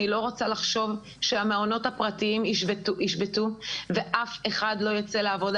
אני לא רוצה לחשוב שהמעונות הפרטיים ישבתו ואף אחד לא יצא לעבודה.